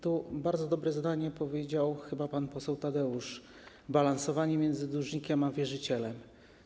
Tu bardzo dobre zdanie powiedział chyba pan poseł Tadeusz: to balansowanie między dłużnikiem a wierzycielem.